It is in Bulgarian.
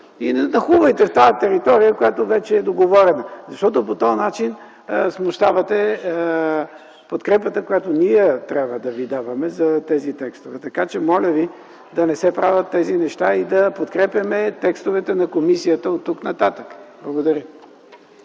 и не нахлувайте в тази територия, която вече е договорена, защото по този начин смущавате подкрепата, която ние трябва да ви даваме за тези текстове. Така че, моля ви, да не се правят тези неща и да подкрепяме текстовете на комисията оттук нататък. Благодаря.